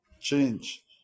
Change